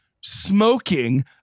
smoking